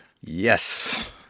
Yes